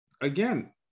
again